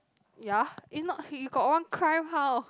ya if not he got one crime how